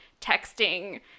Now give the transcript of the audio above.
texting